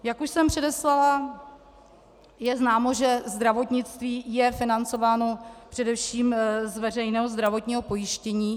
Jak už jsem předeslala, je známo, že zdravotnictví financováno především z veřejného zdravotního pojištění.